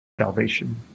salvation